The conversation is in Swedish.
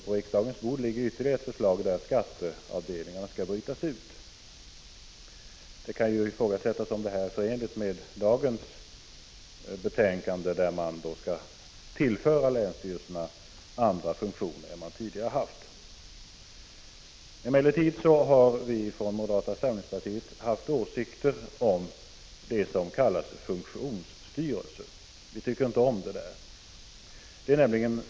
På riksdagens bord ligger ytterligare ett förslag, och det går ut på att skatteavdelningarna skall brytas ut. Det kan ifrågasättas om detta är förenligt med innehållet i dagens betänkade, som ju går ut på att länsstyrelserna skall tillföras funktioner som de inte tidigare har haft. Vi i moderata samlingspartiet har haft åsikter om det som kallas funktionsstyrelse. Vi tycker inte om det begreppet.